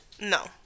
No